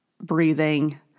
breathing